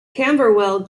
camberwell